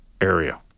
area